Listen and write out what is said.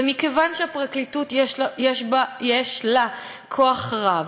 ומכיוון שלפרקליטות יש כוח רב,